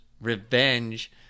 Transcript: revenge